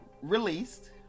released